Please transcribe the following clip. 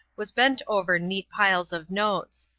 was bent over neat piles of notes.